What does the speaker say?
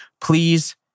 please